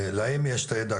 להם יש את הידע,